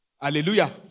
Hallelujah